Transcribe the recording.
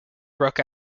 broke